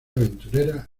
aventurera